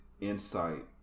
insight